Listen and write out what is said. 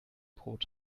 brot